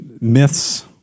myths